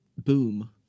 boom